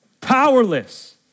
powerless